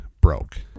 broke